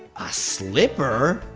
ah slipper?